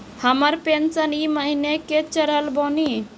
हमर पेंशन ई महीने के चढ़लऽ बानी?